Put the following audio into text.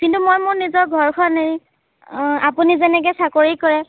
কিন্তু মই মোৰ নিজৰ ঘৰখন এৰি আপুনি যেনেকৈ চাকৰি কৰে